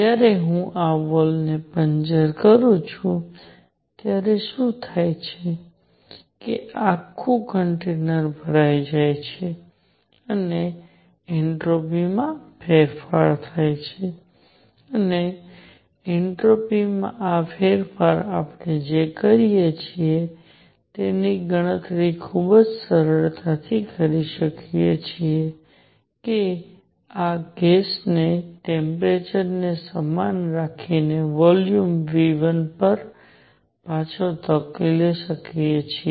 જ્યારે હું આ વોલ ને પંચર કરું છું ત્યારે શું થાય છે કે આ આખું કન્ટેનર ભરાઈ જાય છે અને એન્ટ્રોપીમાં ફેરફાર થાય છે અને એન્ટ્રોપીમાં આ ફેરફાર આપણે જે કરીએ છીએ તેની ગણતરી ખૂબ સરળતાથી કરી શકીએ છીએ કે આ ગેસને ટેમ્પરેચર ને સમાન રાખીને વોલ્યુમ V1 પર પાછો ધકેલી શકીએ છીએ